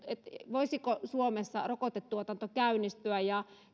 voisiko suomessa rokotetuotanto käynnistyä